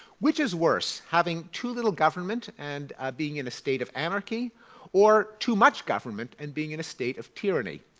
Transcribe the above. which is worse having too little government and being in a state of anarchy or too much government and being in a state of tyranny?